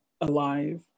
alive